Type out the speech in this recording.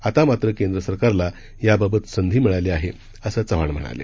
आता मात्र केंद्र सरकारला याबाबत संधी मिळाली आहे असं चव्हाण म्हणाले